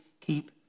keep